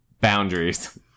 boundaries